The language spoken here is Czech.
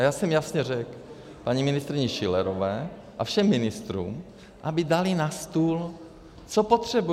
A já jsem jasně řekl paní ministryni Schillerové a všem ministrům, aby dali na stůl, co potřebují.